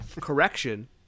correction